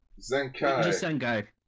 Zenkai